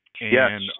Yes